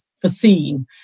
foreseen